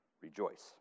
rejoice